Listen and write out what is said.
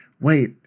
wait